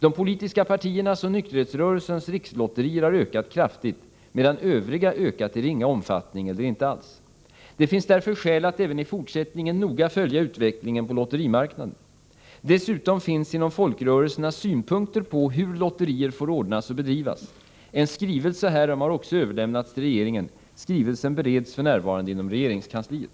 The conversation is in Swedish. De politiska partiernas och nykterhetsrörelsens rikslotterier har ökat kraftigt, medan övriga ökat i ringa omfattning eller inte alls. Det finns därför skäl att även i fortsättningen noga följa utvecklingen på lotterimarknaden. Dessutom finns inom folkrörelserna synpunkter på hur lotterier får ordnas och bedrivas. En skrivelse härom har också överlämnats till regeringen. Skrivelsen bereds f. n. inom regeringskansliet.